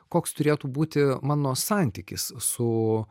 koks turėtų būti mano santykis su